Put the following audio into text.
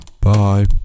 Bye